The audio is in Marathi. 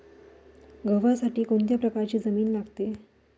गव्हासाठी कोणत्या प्रकारची जमीन लागते?